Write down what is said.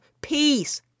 peace